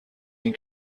این